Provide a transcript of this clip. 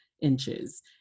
inches